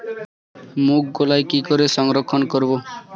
মুঘ কলাই কি করে সংরক্ষণ করব?